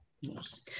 yes